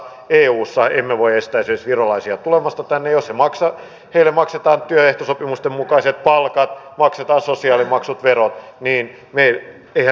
eussa emme voi estää esimerkiksi virolaisia tulemasta tänne ja jos heille maksetaan työehtosopimusten mukaiset palkat maksetaan sosiaalimaksut ja verot niin eihän meillä mitään sitä vastaan ole